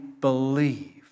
believe